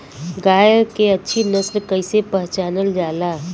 गाय के अच्छी नस्ल कइसे पहचानल जाला?